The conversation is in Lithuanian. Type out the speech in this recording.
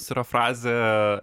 yra frazė